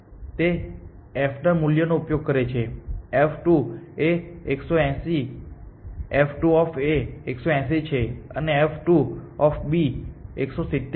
તે f ના મૂલ્યો નો ઉપયોગ કરે છે f 2 એ 180 f 2 180 છે અને f2 170 છે